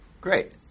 Great